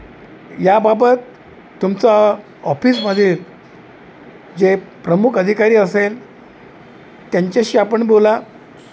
याबाबत तुमचा ऑफिसमधील जे प्रमुख अधिकारी असेल त्यांच्याशी आपण बोला